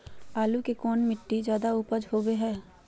आलू कौन मिट्टी में जादा ऊपज होबो हाय?